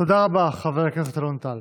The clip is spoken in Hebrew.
תודה רבה, חבר הכנסת אלון טל.